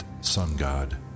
sun-god